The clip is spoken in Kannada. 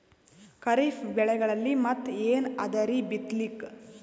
ಖರೀಫ್ ಬೆಳೆಗಳಲ್ಲಿ ಮತ್ ಏನ್ ಅದರೀ ಬಿತ್ತಲಿಕ್?